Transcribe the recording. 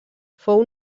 fou